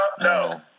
no